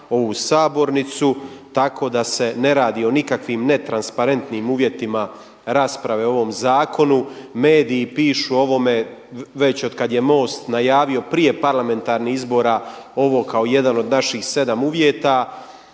ovu sabornicu tako da se ne radi o nikakvim netransparentnim uvjetima rasprave o ovom zakonu. Mediji pišu o ovome već od kad je MOST najavio prije parlamentarnih izbora ovo kao jedan od naših 7 uvjeta.